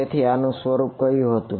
તેથી આનું સ્વરૂપ કયું હતું